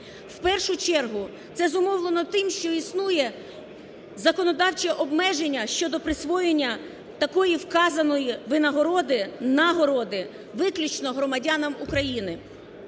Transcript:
В першу чергу це зумовлено тим, що існує законодавче обмеження щодо присвоєння такої вказаної винагороди, нагороди виключно громадянам України.